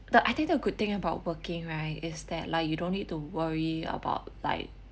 the I think the good thing about working right is that like you don't need to worry about like